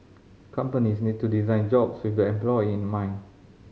companies need to design jobs with the employee in mind